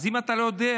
אז אם אתה לא יודע,